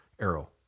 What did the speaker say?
arrow